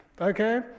Okay